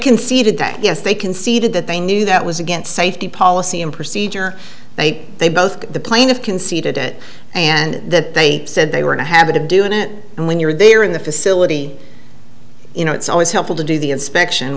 conceded that yes they conceded that they knew that was against safety policy and procedure they both the plaintiffs conceded it and that they said they were in the habit of doing it and when you're there in the facility you know it's always helpful to do the inspection